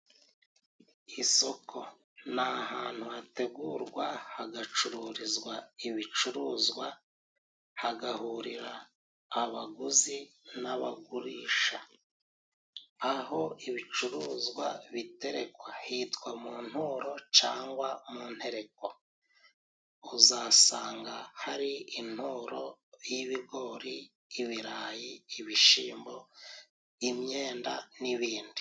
Isoko ni ahantu hategurwa hagacururizwa ibicuruzwa hagahurira abaguzi n'abagurisha. Aho ibicuruzwa biterekwa hitwa mu nturo cyangwa mu ntereko, uzasanga hari inturo y'ibigori, ibirayi ,ibishyimbo, imyenda n'ibindi.